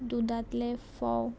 दुदांतले फोव